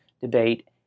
debate